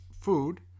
food